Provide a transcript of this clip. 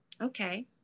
Okay